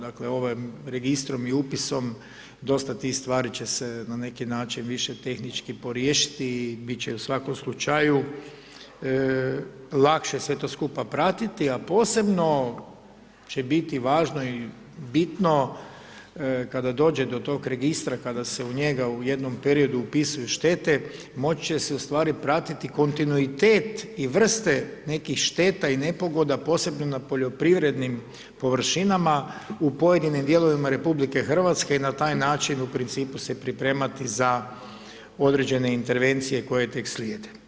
Dakle, ovim registrom i upisom dosta tih stvari će se na neki način više tehnički poriješiti i bit će u svakom slučaju lakše sve to skupa pratiti, a posebno će biti važno i bitno kada dođe do tog registra kada se u njega u jednom periodu upisuju štete moći će se u stvari pratiti kontinuitet i vrste nekih šteta i nepogoda, posebno na poljoprivrednim površinama u pojedinim dijelovima RH i na taj način u principu se pripremati za određene intervencije koje tek slijede.